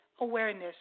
awareness